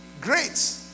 great